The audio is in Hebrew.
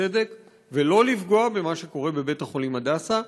צדק ולא לפגוע במה שקורה בבית-החולים הדסה.